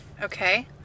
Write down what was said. Okay